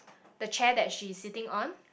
the chair that she's sitting on